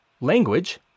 language